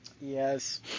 Yes